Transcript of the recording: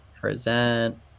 Present